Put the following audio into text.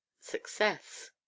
success